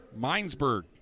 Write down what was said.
Minesburg